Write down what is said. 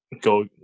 go